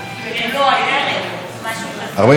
44 בעד, 31 מתנגדים.